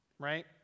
Right